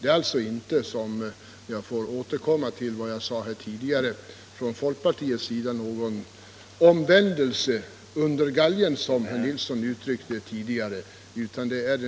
Det är alltså inte — jag får återkomma till vad jag sade tidigare — från folkpartiets sida fråga om någon omvändelse under galgen, som herr Nilsson i Kalmar uttryckte det tidigare, utan det är